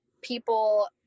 people